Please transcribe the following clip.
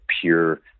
pure